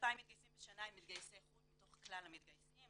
כ-2,000 מתגייסים בשנה הם מתגייסי חו"ל מתוך כלל המתגייסים,